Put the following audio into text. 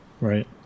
right